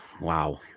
Wow